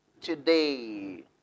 today